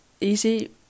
easy